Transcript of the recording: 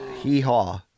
Hee-haw